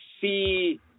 see